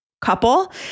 couple